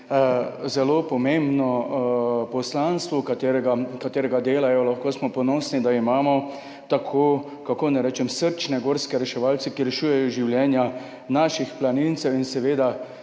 zelo pomembno poslanstvo, ki ga opravljajo. Lahko smo ponosni, da imamo tako, kako naj rečem, srčne gorske reševalce, ki rešujejo življenja naših planincev in seveda